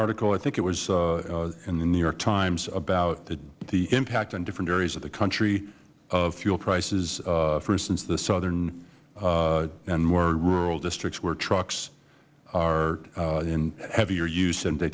article i think it was in the new york times about the impact on different areas of the country of fuel prices for instance the southern and more rural districts where trucks are in heavier use and they